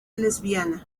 lesbiana